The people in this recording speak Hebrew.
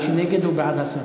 מי שנגד, הוא בעד הסרה.